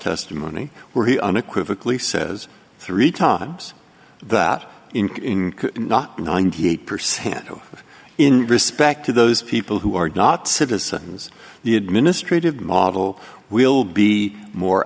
testimony where he unequivocal he says three times that in in not ninety eight percent of in respect to those people who are not citizens the administrative model will be more